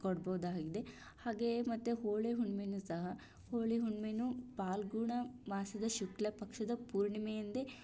ಕೊಡ್ಬೊದಾಗಿದೆ ಹಾಗೆ ಮತ್ತೆ ಹೋಳಿ ಹುಣ್ಣಿಮೇನು ಸಹ ಹೋಳಿ ಹುಣ್ಣಿಮೇನು ಫಾಲ್ಗುಣ ಮಾಸದ ಶುಕ್ಲ ಪಕ್ಷದ ಪೂರ್ಣಿಮೆಯಂದೇ